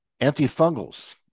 Antifungals